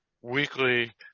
weekly